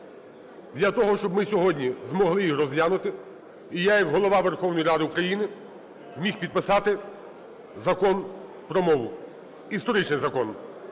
для того, щоб ми сьогодні змогли їх розглянути і я як Голова Верховної Ради України міг підписати Закон